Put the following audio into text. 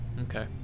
Okay